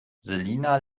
selina